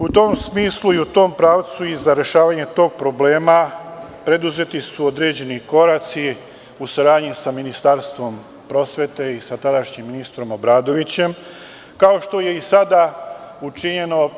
U tom smislu i u tom pravcu i za rešavanje tog problema preduzeti su određeni koraci u saradnji sa Ministarstvom prosvete i sa tadašnjim ministrom Obradovićem, kao što je i sada učinjeno.